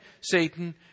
Satan